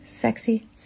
sexy